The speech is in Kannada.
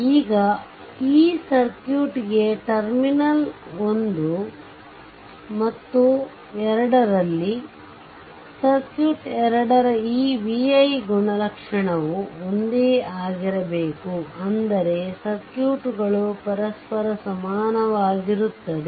ಈಗ ಈ ಸರ್ಕ್ಯೂಟ್ಗೆ ಟರ್ಮಿನಲ್ ಒಂದು ಮತ್ತು ಎರಡರಲ್ಲಿ ಸರ್ಕ್ಯೂಟ್ ಎರಡರ ಈ vi ಗುಣಲಕ್ಷಣವು ಒಂದೇ ಆಗಿರಬೇಕು ಅಂದರೆ ಸರ್ಕ್ಯೂಟ್ಗಳು ಪರಸ್ಪರ ಸಮಾನವಾಗಿರುತ್ತದೆ